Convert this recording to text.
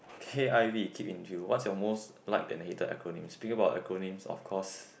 k_i_v keep in view what's your most like and hated acronym thinking about acronym of course